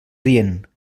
rient